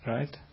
Right